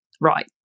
Right